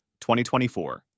2024